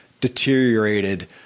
deteriorated